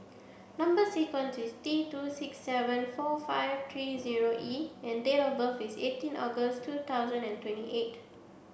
number sequence is T two six seven four five three zero E and date of birth is eighteen August two thousand and twenty eight